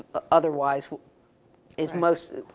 ah otherwise is mostly,